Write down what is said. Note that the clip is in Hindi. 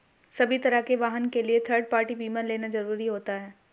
सभी तरह के वाहन के लिए थर्ड पार्टी बीमा लेना जरुरी होता है